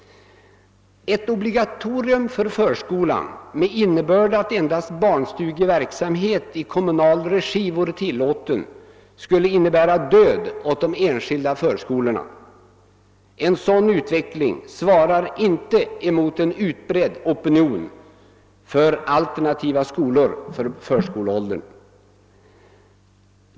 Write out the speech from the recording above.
Ett obligatorium för förskolan innebärande att endast barnstugeverksamhet i kommunal regi vore tillåten skulle innebära död åt de enskilda förskolorna. En sådan utveckling svarar inte mot en utbredd opinion till förmån för alternativa skolor för förskolebarn.